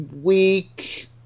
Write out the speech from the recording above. week